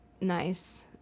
nice